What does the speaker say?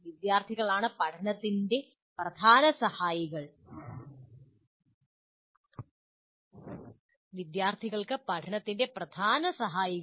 അധ്യാപകരാണ് വിദ്യാർത്ഥികളുടെ പഠനത്തിന്റെ പ്രധാന സഹായികൾ